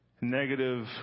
negative